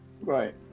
Right